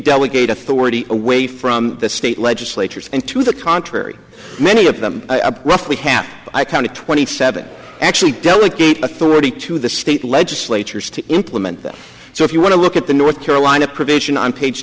delegate authority away from the state legislatures and to the contrary many of them roughly half i counted twenty seven actually delegate authority to the state legislatures to implement them so if you want to look at the north carolina provision on page